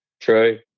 true